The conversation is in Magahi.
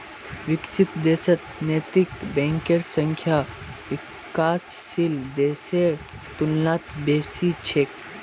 विकसित देशत नैतिक बैंकेर संख्या विकासशील देशेर तुलनात बेसी छेक